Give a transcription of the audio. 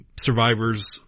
survivor's